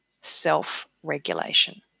self-regulation